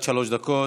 עד שלוש דקות.